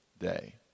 day